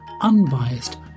unbiased